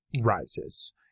Rises